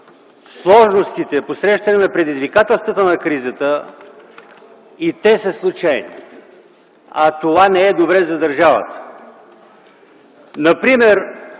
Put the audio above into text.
сложностите, на предизвикателствата на кризата и те са случайни, а това не е добре за държавата. Например